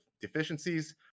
deficiencies